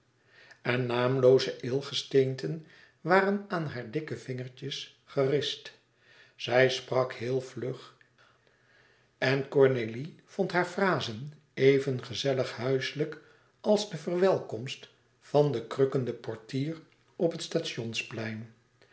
en naamlooze êelgesteenten waren aan hare dikke vette vingertjes gerist zij sprak heel vlug en cornélie vond hare frazen even gezellig huiselijk als de verwelkomst van den krukkenden portier op het